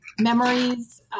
memories